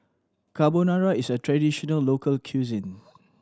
Carbonara is a traditional local cuisine